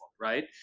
right